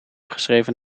geschreven